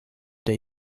der